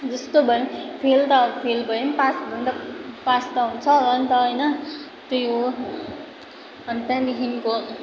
जस्तो भए पनि फेल त फेल भए नि पास भए नि पास त हुन्छ होला नि त होइन त्यही हो अनि त्यहाँदेखिको